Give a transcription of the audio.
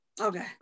Okay